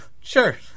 sure